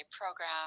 program